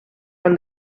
from